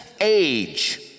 age